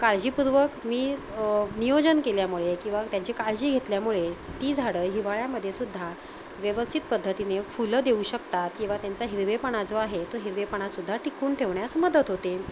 काळजीपूर्वक मी नियोजन केल्यामुळे किंवा त्यांची काळजी घेतल्यामुळे ती झाडं हिवाळ्यामध्येसुद्धा व्यवस्थित पद्धतीने फुलं देऊ शकतात किंवा त्यांचा हिरवेपणा जो आहे तो हिरवेपणासुद्धा टिकून ठेवण्यास मदत होते